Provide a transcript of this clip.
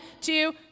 two